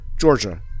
Georgia